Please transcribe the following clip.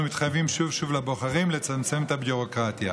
מתחייבים שוב לבוחרים לצמצם את הביורוקרטיה,